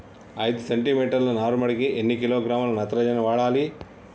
ఐదు సెంటి మీటర్ల నారుమడికి ఎన్ని కిలోగ్రాముల నత్రజని వాడాలి?